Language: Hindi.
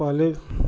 पहले